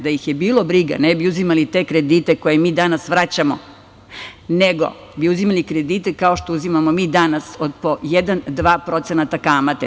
Da ih je bilo briga, ne bi uzimali te kredite koje mi danas vraćamo, nego bi uzimali kredite, kao što uzimamo mi danas, od po 1%, 2% kamate.